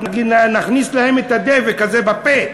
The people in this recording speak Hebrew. אלא "נכניס להם את הדבק הזה בפה".